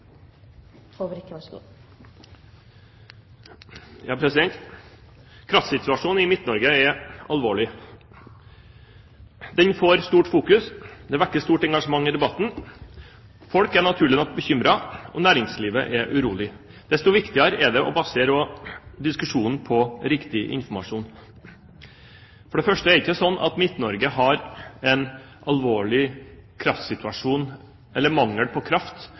Kraftsituasjonen i Midt-Norge er alvorlig – den får stort fokus, den vekker stort engasjement i debatten, folk er naturlig nok bekymret, og næringslivet er urolig. Desto viktigere er det å basere diskusjonen på riktig informasjon. For det første er det ikke slik at Midt-Norge har en alvorlig kraftsituasjon, eller mangel på kraft,